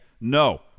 No